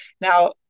Now